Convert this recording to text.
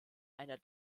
einer